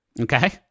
Okay